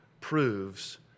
proves